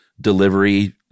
delivery